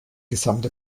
gesamte